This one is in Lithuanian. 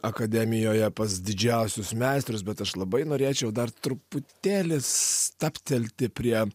akademijoje pas didžiausius meistrus bet aš labai norėčiau dar truputėlį stabtelti prie